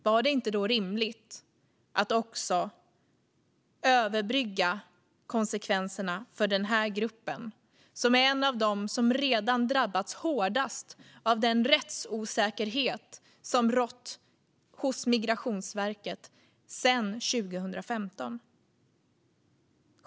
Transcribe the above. Vore det inte då rimligt att också överbrygga konsekvenserna för den här gruppen som är en av de grupper som redan har drabbats hårdast av den rättsosäkerhet som rått hos Migrationsverket sedan 2015?